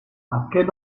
azken